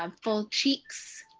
um full cheeks,